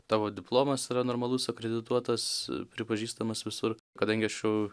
tavo diplomas yra normalus akredituotas pripažįstamas visur kadangi aš jau